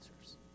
answers